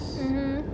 mmhmm